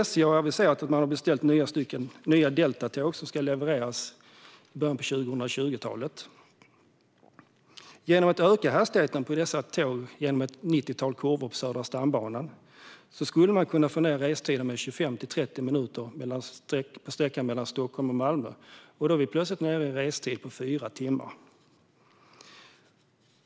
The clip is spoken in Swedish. SJ har aviserat att man har beställt nya Deltatåg som ska levereras i början av 2020-talet. Genom att öka hastigheten på dessa tåg genom ett nittiotal kurvor på södra stambanan skulle man kunna få ned restiden med 25-30 minuter på sträckan mellan Stockholm och Malmö. Då är restiden nere på 4 timmar.